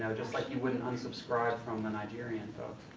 ah just like you wouldn't unsubscribe from the nigerian folk.